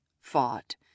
fought